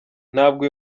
ntabwo